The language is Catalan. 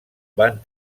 van